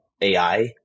AI